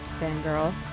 fangirl